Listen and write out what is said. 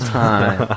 time